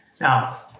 Now